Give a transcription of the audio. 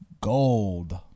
gold